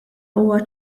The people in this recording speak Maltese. huwa